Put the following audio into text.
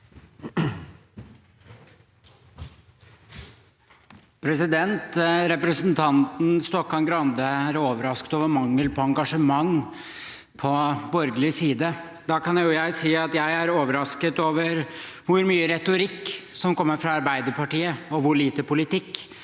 Representanten Stokkan-Grande er overrasket over mangel på engasjement på borgerlig side. Da kan jeg si at jeg er overrasket over hvor mye retorikk som kommer fra Arbeiderpartiet, og hvor lite politikk